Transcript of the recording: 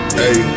hey